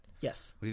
Yes